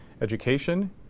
education